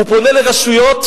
הוא פונה לרשויות,